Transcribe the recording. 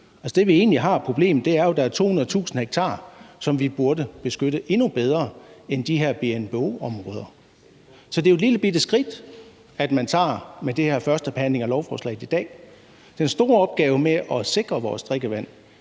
vi egentlig har, er jo, at der er 200.000 ha, som vi burde beskytte endnu bedre end de her BNBO-områder. Så det er jo et lillebitte skridt, man tager med den her førstebehandling af lovforslaget i dag. Den store opgave med at sikre vores drikkevand